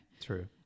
True